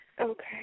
Okay